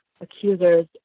accusers